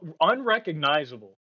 Unrecognizable